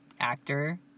actor